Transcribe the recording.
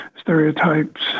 stereotypes